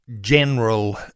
general